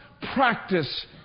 practice